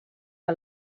que